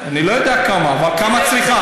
אני לא יודע כמה, אבל כמה צריכה?